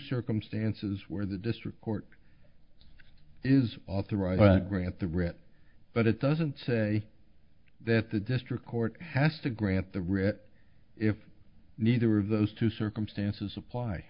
circumstances where the district court is authorized to grant the writ but it doesn't say that the district court has to grant the writ if neither of those two circumstances apply